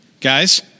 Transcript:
guys